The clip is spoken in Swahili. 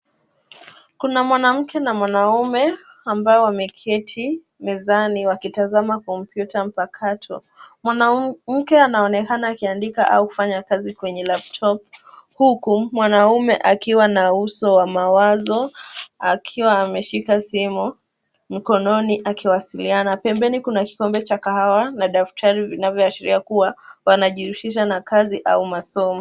Kuna mwanamke na mwanaume ambao wameketi mezani wakitazama kompyuta mpakato. Mwanamke anaonekana akiandika au kufanya kazi kwenye laptop huku mwanaume akiwa na uso wa mawazo akiwa ameshika simu mkononi akiwasiliana. Pembeni kuna kikombe cha kahawa na daftari vinavyoashiria kuwa wanajihusisha na kazi au masomo.